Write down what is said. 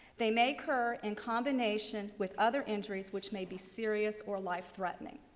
they may occur in combination with other injuries which may be serious or life threatening.